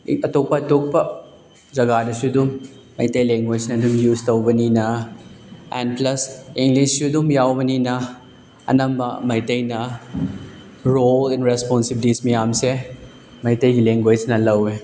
ꯑꯇꯣꯄꯄ ꯑꯇꯣꯞꯄ ꯖꯥꯒꯗꯁꯨ ꯑꯗꯨꯝ ꯃꯩꯇꯩ ꯂꯦꯡꯒꯣꯏꯁꯅ ꯑꯗꯨꯝ ꯌꯨꯁ ꯇꯧꯕꯅꯤꯅ ꯑꯦꯟꯗ ꯄ꯭ꯂꯁ ꯏꯪꯂꯤꯁꯁꯨ ꯑꯗꯨꯝ ꯌꯥꯎꯕꯅꯤꯅ ꯑꯅꯝꯕ ꯃꯩꯇꯩꯅ ꯔꯣꯜ ꯑꯦꯟꯗ ꯔꯦꯁꯄꯣꯟꯁꯤꯕꯤꯂꯤꯇꯤꯁ ꯃꯌꯥꯝꯁꯦ ꯃꯩꯇꯩ ꯂꯦꯡꯒꯣꯏꯁꯅ ꯂꯧꯋꯦ